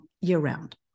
year-round